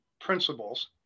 principles